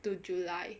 to july